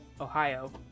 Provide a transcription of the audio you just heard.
Ohio